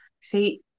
See